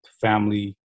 family